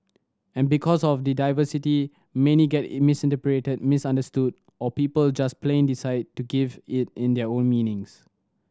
and because of the diversity many get in misinterpreted misunderstood or people just plain decide to give it in their own meanings